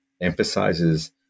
emphasizes